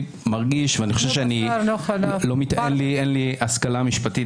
אין לי השכלה משפטית,